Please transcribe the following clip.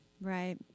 Right